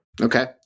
Okay